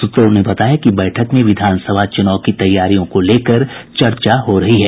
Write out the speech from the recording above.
सूत्रों ने बताया कि बैठक में विधान सभा चूनाव की तैयारियों को लेकर चर्चा हो रही है